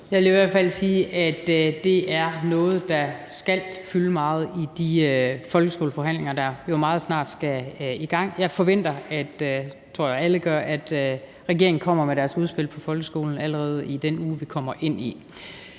Jeg vil i hvert fald sige, at det er noget, der skal fylde meget i de folkeskoleforhandlinger, der jo meget snart skal i gang. Jeg forventer – og det tror jeg alle gør – at regeringen kommer med sit udspil om folkeskolen allerede i den uge, vi går ind i.